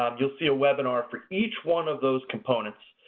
um you'll see a webinar for each one of those components,